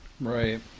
Right